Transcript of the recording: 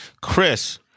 Chris